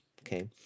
Okay